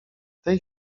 tej